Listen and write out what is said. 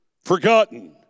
forgotten